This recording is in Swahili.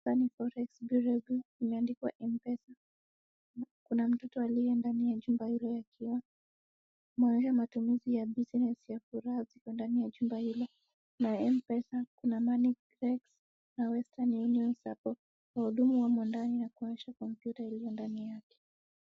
Sunny Forex bureau imeandikwa Mpesa. Kuna mtoto aliye ndani ya chumba hilo la kioo inaonyesha matumizi ya business ya furaha ndani ya chumba hilo. Na Mpesa, kuna Money Gram na Western Union hapo kwa huduma wa ndani na kuonyesha kompyuta iliyo ndani yake.